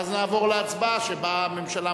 ואז נעבור להצבעה, שבה הממשלה